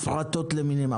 הפרטות למיניהן.